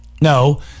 No